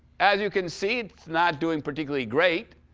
as you can see, it's not doing particularly great.